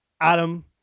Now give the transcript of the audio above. Adam